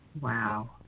Wow